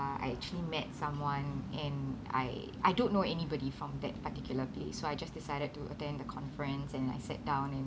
I actually met someone and I I don't know anybody from that particular place so I just decided to attend the conference and I sat down and